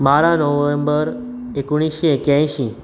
बारा नोव्हेंबर एकोणिशें एक्यायशीं